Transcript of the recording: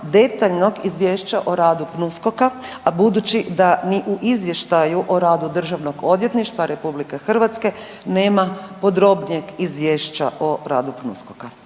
detaljnog izvješća o radu o radu PNUSKOK-a a budući da ni o izvještaju o radu Državnog odvjetništva RH nema podrobnijeg izvješća o radu PNUSKOK-a.